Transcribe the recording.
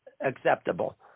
acceptable